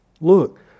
Look